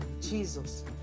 Jesus